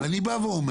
ואני בא ואומר,